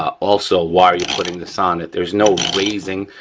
ah also while you're putting this on that there's no raising,